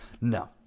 No